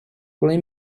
play